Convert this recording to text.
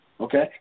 okay